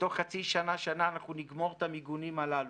ותוך חצי שנה-שנה אנחנו נגמור את המיגונים הללו.